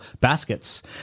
baskets